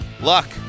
Luck